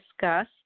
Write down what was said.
discuss